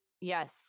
Yes